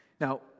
Now